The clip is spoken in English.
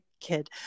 kid